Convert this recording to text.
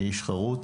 אני איש חרוץ,